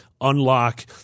Unlock